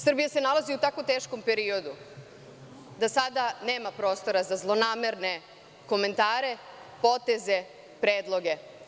Srbija se nalazi u tako teškom periodu da sada nema prostora za zlonamerne komentare, poteze, predloge.